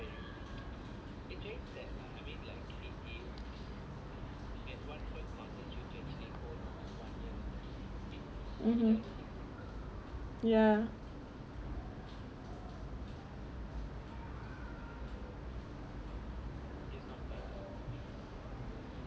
mmhmm ya